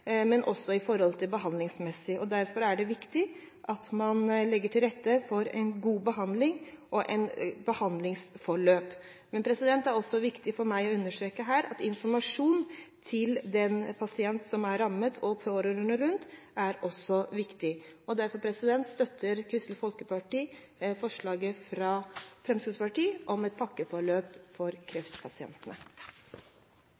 men også når det gjelder det behandlingsmessige. Derfor er det viktig at man legger til rette for god behandling og behandlingsforløp. Det er viktig for meg å understreke her at informasjon til den pasient som er rammet, og pårørende rundt også er viktig. Derfor støtter Kristelig Folkeparti forslaget fra Fremskrittspartiet om et «pakkeforløp» for